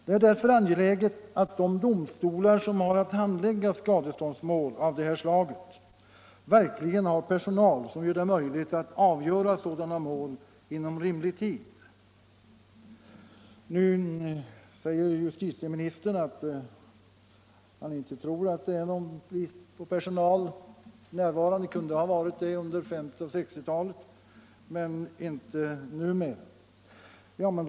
Det är därför angeläget att de domstolar som har att handlägga skadeståndsmål av dessa slag verkligen har personal som gör det möjligt att avgöra sådana mål inom rimlig tid. Justitieministern säger att han inte tror att det är någon brist på personal f. n. men att det kan ha varit det under 1950 och 1960-talen.